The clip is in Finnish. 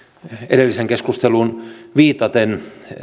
edelliseen keskusteluun viitaten